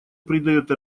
придает